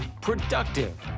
productive